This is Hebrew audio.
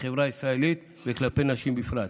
בחברה הישראלית וכלפי נשים בפרט.